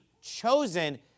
chosen